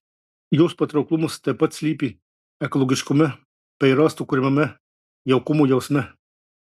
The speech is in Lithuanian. jos patrauklumas taip pat slypi ekologiškume bei rąstų kuriamame jaukumo jausme